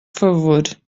favor